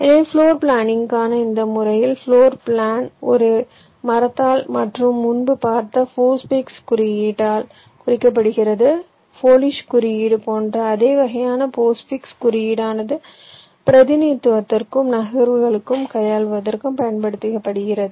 எனவே பிளோர் பிளானிங்க்கான இந்த முறையில் பிளோர் பிளான் ஒரு மரத்தால் மற்றும் முன்பு பார்த்த போஸ்ட்ஃபிக்ஸ் குறியீட்டால் குறிக்கப்படுகிறது போலிஷ் குறியீடு போன்ற அதே வகையான போஸ்ட்ஃபிக்ஸ் குறியீடானது பிரதிநிதித்துவத்திற்கும் நகர்வுகளை கையாளுவதற்கும் பயன்படுத்தப்படுகிறது